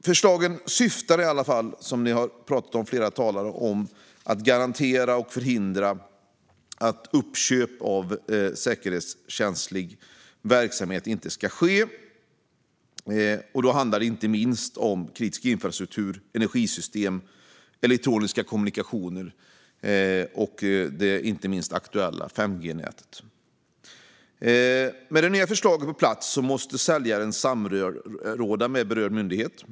Förslagen syftar i alla fall, som flera talare har sagt, till att garantera att uppköp av säkerhetskänslig verksamhet inte ska ske. Det handlar om kritisk infrastruktur, energisystem, elektroniska kommunikationer och inte minst det aktuella 5G-nätet. Med det nya förslaget på plats måste säljaren samråda med berörd myndighet.